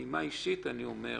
בנימה אישית אני רוצה לומר